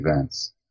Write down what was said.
events